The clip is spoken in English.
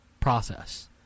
process